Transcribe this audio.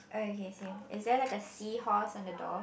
oh okay same is there like a seahorse on the door